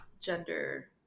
gender